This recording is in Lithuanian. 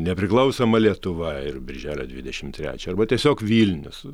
nepriklausoma lietuva ir birželio dvidešim trečią arba tiesiog vilnius